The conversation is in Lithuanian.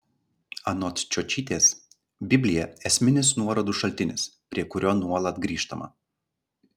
anot čiočytės biblija esminis nuorodų šaltinis prie kurio nuolat grįžtama